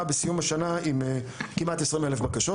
בסיום השנה עם כמעט 20 אלף בקשות.